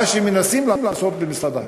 מה שמנסים לעשות במשרד החינוך,